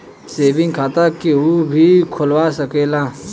saving खाता केहू भी खोलवा सकेला